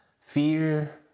fear